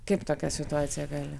kiek tokia situacija gali